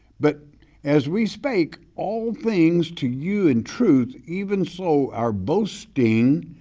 but as we spake all things to you in truth even so our boasting,